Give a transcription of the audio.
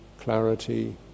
clarity